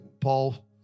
Paul